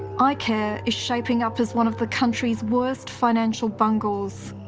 ah icare is shaping up as one of the country's worst financial bungles.